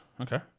Okay